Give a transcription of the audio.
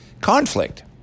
conflict